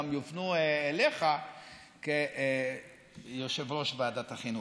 גם יופנה אליך כיושב-ראש ועדת החינוך.